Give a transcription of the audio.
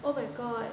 oh my god